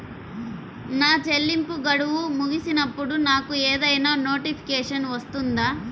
నా చెల్లింపు గడువు ముగిసినప్పుడు నాకు ఏదైనా నోటిఫికేషన్ వస్తుందా?